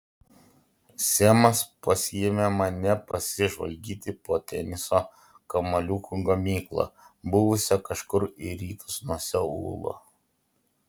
semas pasiėmė mane pasižvalgyti po teniso kamuoliukų gamyklą buvusią kažkur į rytus nuo seulo